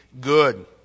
good